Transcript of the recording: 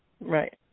right